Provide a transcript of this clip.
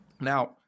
now